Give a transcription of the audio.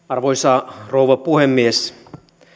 arvoisa rouva puhemies